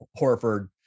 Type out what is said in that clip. Horford